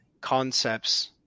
concepts